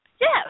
Yes